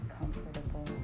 comfortable